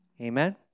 Amen